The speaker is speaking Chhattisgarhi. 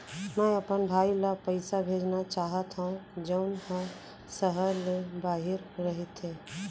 मै अपन भाई ला पइसा भेजना चाहत हव जऊन हा सहर ले बाहिर रहीथे